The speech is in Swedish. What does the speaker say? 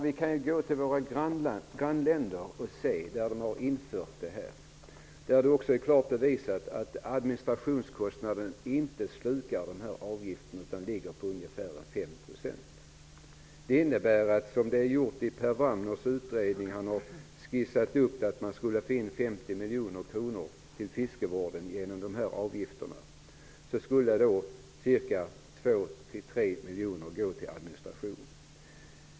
Vi kan se hur det är i våra grannländer, där det är klart bevisat att administrationskostnaderna inte slukar hela avgiften utan uppgår till ungefär 5 % av denna. Per Wramner har i sin utredning skisserat att man skulle kunna få in 50 miljoner kronor till fiskevården genom dessa avgifter. Av dessa skulle cirka 2--3 miljoner gå till administration.